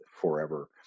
forever